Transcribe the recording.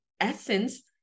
essence